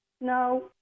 No